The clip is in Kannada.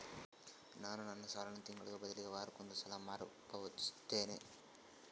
ನಾನು ನನ್ನ ಸಾಲನ ತಿಂಗಳಿಗೆ ಬದಲಿಗೆ ವಾರಕ್ಕೊಂದು ಸಲ ಮರುಪಾವತಿಸುತ್ತಿದ್ದೇನೆ